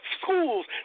schools